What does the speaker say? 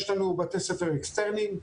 יש לנו בתי ספר אקסטרניים,